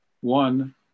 One